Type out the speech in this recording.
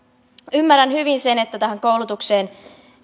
ymmärrän hyvin sen että koulutukseen